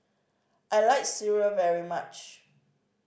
I like sireh very much